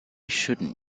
shouldn’t